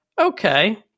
Okay